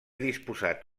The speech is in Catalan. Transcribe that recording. disposat